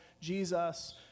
Jesus